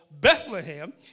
Bethlehem